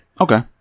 Okay